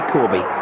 Corby